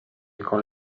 con